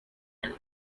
and